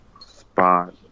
spot